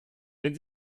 wenn